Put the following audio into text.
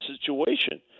situation